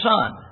son